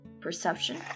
perception